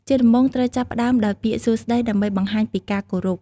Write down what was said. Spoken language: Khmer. ជាដំបូង ត្រូវចាប់ផ្ដើមដោយពាក្យ "សួស្ដី" ដើម្បីបង្ហាញពីការគោរព។